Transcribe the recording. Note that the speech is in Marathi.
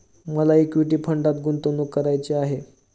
मला इक्विटी फंडात गुंतवणूक करायची आहे